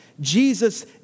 Jesus